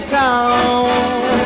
town